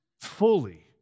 fully